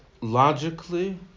logically